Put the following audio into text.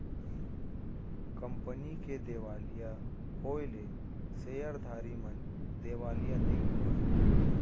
company के देवालिया होएले सेयरधारी मन देवालिया नइ होवय